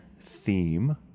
theme